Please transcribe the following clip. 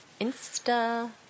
Insta